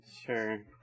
Sure